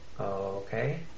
Okay